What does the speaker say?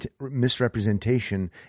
misrepresentation